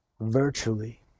virtually